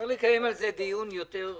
צריך לקיים על זה דיון יותר מעמיק.